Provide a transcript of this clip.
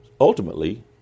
Ultimately